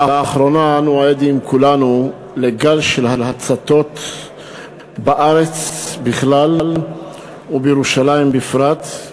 לאחרונה אנו עדים כולנו לגל של הצתות בארץ בכלל ובירושלים בפרט.